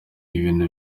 ibintu